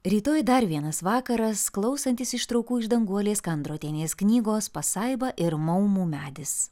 rytoj dar vienas vakaras klausantis ištraukų iš danguolės kandrotienės knygos pasaiba ir maumų medis